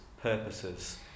purposes